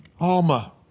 Alma